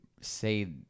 say